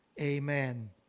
Amen